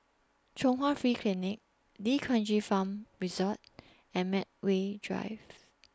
Chung Hwa Free Clinic D'Kranji Farm Resort and Medway Drive